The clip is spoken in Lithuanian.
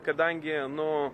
kadangi nu